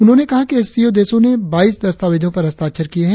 उन्होंने कहा कि एस सी ओ देशों ने बाईस दस्तावेजों पर हस्ताक्षर किये है